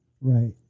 Right